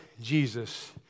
Jesus